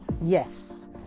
yes